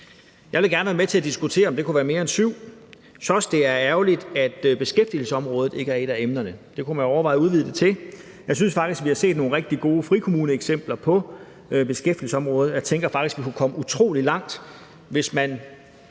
Jeg vil gerne være med til at diskutere, om det kunne være mere end syv. Jeg synes også, det er ærgerligt, at beskæftigelsesområdet ikke er et af emnerne; det kunne man overveje at udvide det til. Jeg synes faktisk, at vi har set nogle rigtig gode frikommuneeksempler på beskæftigelsesområdet, og jeg tænker, at vi kunne komme utrolig langt, hvis man